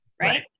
Right